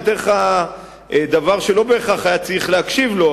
אתן לך דבר שלא בהכרח היה צריך להקשיב לו,